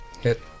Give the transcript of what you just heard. Hit